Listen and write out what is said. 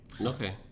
Okay